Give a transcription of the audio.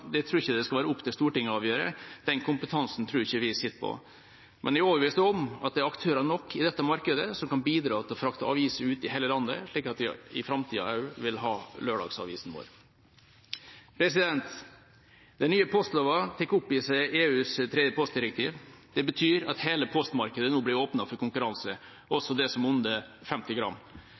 tror jeg det ikke skal være opp til Stortinget å avgjøre. Den kompetansen tror jeg ikke vi sitter på. Men jeg er overbevist om at det er aktører nok i dette markedet som kan bidra til å frakte aviser ut i hele landet, slik at vi også i framtida vil få lørdagsavisen vår. Den nye postloven tar opp i seg EUs tredje postdirektiv. Det betyr at hele postmarkedet nå blir åpnet for konkurranse, også det som er under 50 gram.